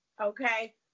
okay